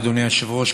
אדוני היושב-ראש,